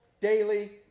Daily